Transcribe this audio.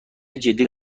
جدی